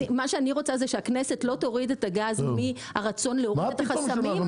מה שאני רוצה זה שהכנסת לא תוריד את הגז מהרצון להוריד את החסמים,